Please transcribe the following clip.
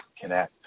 connect